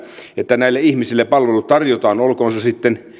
että näille ihmisille palvelut tarjotaan olkoon se sitten